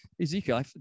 Ezekiel